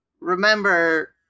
remember